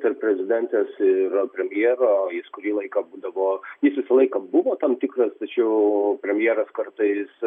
tarp prezidentės ir premjero jis kurį laiką būdavo jis visą laiką buvo tam tikras tačiau premjeras kartais